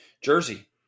Jersey